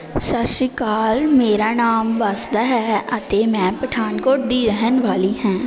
ਸਤਿ ਸ਼੍ਰੀ ਅਕਾਲ ਮੇਰਾ ਨਾਮ ਵਾਸੂਦਾ ਹੈ ਅਤੇ ਮੈਂ ਪਠਾਨਕੋਟ ਦੀ ਰਹਿਣ ਵਾਲੀ ਹਾਂ